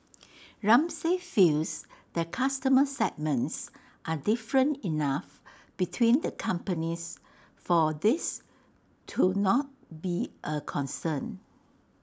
Ramsay feels that customer segments are different enough between the companies for this to not be A concern